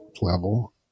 level